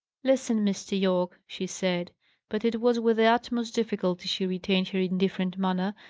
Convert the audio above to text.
listen, mr. yorke, she said but it was with the utmost difficulty she retained her indifferent manner,